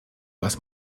was